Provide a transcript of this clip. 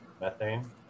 methane